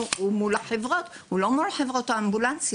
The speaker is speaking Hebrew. הוא מולם ולא מול חברות האמבולנסים.